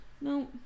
No